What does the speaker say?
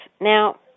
Now